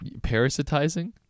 Parasitizing